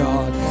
God